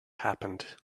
happened